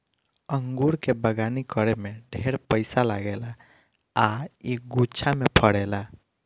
अंगूर के बगानी करे में ढेरे पइसा लागेला आ इ गुच्छा में फरेला